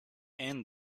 and